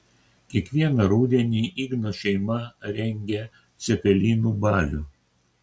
kiekvieną rudenį igno šeima rengia cepelinų balių